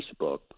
Facebook